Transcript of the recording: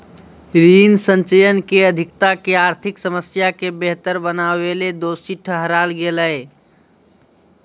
ऋण संचयन के अधिकता के आर्थिक समस्या के बेहतर बनावेले दोषी ठहराल गेलय